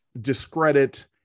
discredit